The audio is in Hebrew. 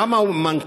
למה הוא מנכ"ל?